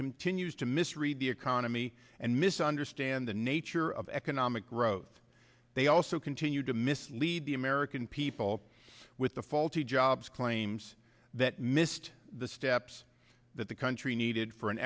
continues to misread the economy and misunderstand the nature of economic growth they also continue to mislead the american people with the faulty jobs claims that missed the steps that the country needed for an